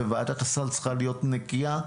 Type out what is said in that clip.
וועדת הסל צריכה להיות נקייה.